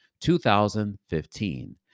2015